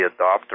adopter